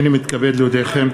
הנני מתכבד להודיעכם,